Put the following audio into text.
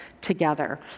together